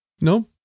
No